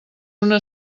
una